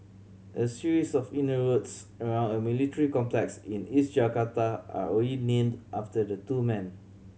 a series of inner roads around a military complex in East Jakarta are already named after the two men